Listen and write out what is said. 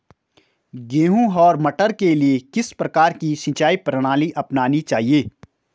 गेहूँ और मटर के लिए किस प्रकार की सिंचाई प्रणाली अपनानी चाहिये?